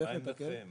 עמדתנו